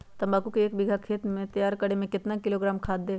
तम्बाकू के एक बीघा खेत तैयार करें मे कितना किलोग्राम खाद दे?